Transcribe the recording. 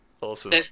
Awesome